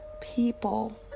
people